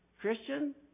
Christian